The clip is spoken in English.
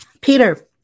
Peter